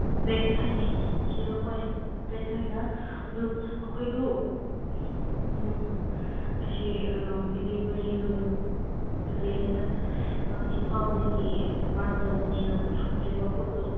bag ꯍꯥꯏꯅ ꯏꯔꯦ ꯍꯣꯏ ꯕꯦꯒ ꯍꯥꯏꯅ ꯑꯗꯨ ꯑꯩꯈꯣꯏꯗꯨ ꯑꯁꯤ ꯗꯤꯂꯤꯕꯔꯤꯗꯨ ꯀꯔꯤ ꯍꯥꯏꯁꯤꯔꯥ ꯏꯝꯐꯥꯜꯗꯒꯤ ꯕꯟ ꯇꯧꯕꯅꯤꯅ ꯄꯨꯔꯛꯇ꯭ꯔꯦꯕ ꯄꯣꯠꯇꯨ